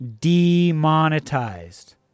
demonetized